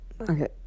okay